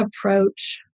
approach